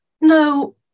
No